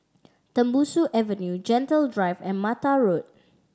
Tembusu Avenue Gentle Drive and Mata Road